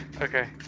Okay